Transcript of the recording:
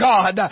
God